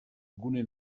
gune